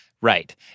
right